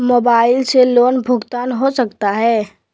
Mobile से loan भुगतान हो सकता है?